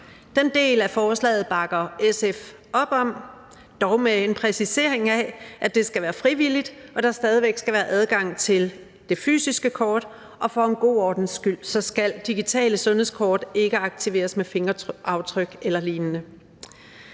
Den del af forslaget bakker SF op om, dog med en præcisering af, at det skal være frivilligt, og at der stadig væk skal være adgang til det fysiske kort. Og for god ordens skyld skal digitale sundhedskort ikke aktiveres med fingeraftryk eller lignende.